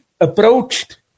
approached